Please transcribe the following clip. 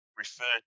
Referred